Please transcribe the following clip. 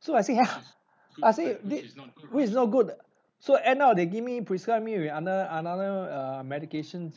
so I say !huh! I say this this is not good so end up they give me prescribed me with another another err medications